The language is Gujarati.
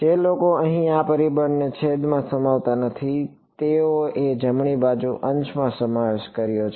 જે લોકો અહીં આ પરિબળને છેદમાં સમાવતા નથી તેઓએ જમણી બાજુના અંશમાં સમાવેશ કર્યો છે